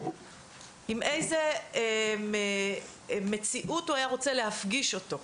עם איזו מציאות הוא היה רוצה להפגיש אותו.